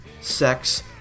sex